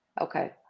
Okay